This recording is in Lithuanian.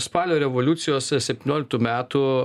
spalio revoliucijos septynioliktų metų